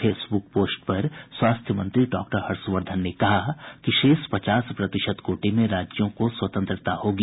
Facebook post पर स्वास्थ्य मंत्री डॉक्टर हर्षवर्धन ने कहा कि शेष पचास प्रतिशत कोटे में राज्यों को स्वतंत्रता होगी